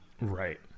right